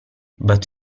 but